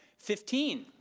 fifteen,